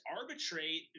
arbitrate